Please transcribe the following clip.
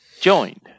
Joined